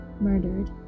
murdered